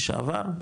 לשעבר,